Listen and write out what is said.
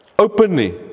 openly